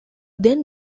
then